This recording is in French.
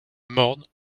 morne